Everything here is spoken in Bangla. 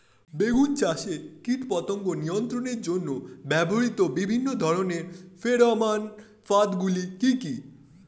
বেগুন চাষে কীটপতঙ্গ নিয়ন্ত্রণের জন্য ব্যবহৃত বিভিন্ন ধরনের ফেরোমান ফাঁদ গুলি কি কি?